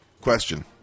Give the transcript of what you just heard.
Question